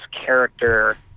character